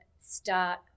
start